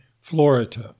Florida